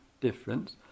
difference